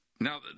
Now